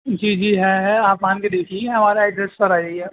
جی جی ہے ہے آپ آن کے دیکھھییں گے ہمارا ایڈریس پر آ جائیےپ